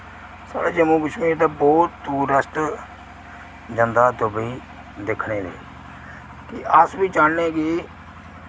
साढ़े जम्मू कश्मीर ते बहुत टूरिस्ट जन्दा दुबई दिक्खने ते अस बी चाह्न्ने कि